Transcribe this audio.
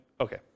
Okay